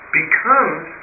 becomes